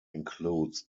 includes